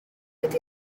mynd